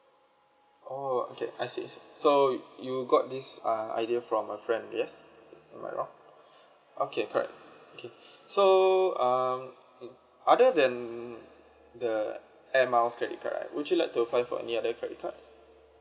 oh okay I see I see so you got this uh idea from a friend yes am I wrong okay correct K so um other than the air miles credit card right would you like to apply for any other credit cards